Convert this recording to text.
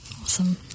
Awesome